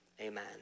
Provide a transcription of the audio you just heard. amen